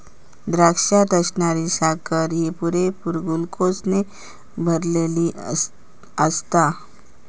द्राक्षात असणारी साखर ही पुरेपूर ग्लुकोजने भरलली आसता